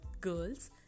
girls